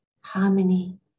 harmony